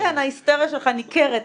כן, ההיסטריה שלך ניכרת.